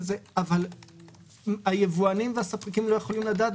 אבל היבואנים והספקים לא יכולים לדעת,